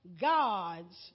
gods